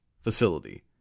facility